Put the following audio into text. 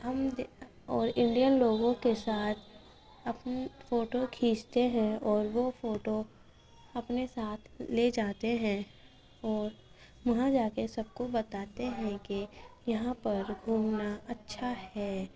ہم اور انڈین لوگوں کے ساتھ اپنی فوٹو کھینچتے ہیں اور وہ فوٹو اپنے ساتھ لے جاتے ہیں اور وہاں جا کے سب کو بتاتے ہیں کہ یہاں پر گھومنا اچھا ہے